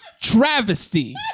travesty